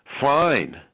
fine